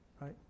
right